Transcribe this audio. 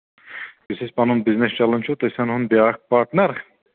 یُس اَسہِ پَنُن بِزنِس چلان چھُ تہٕ أسۍ اَنہون بیٛاکھ پاٹنَر